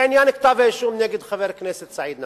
בעניין כתב האישום נגד חבר הכנסת סעיד נפאע,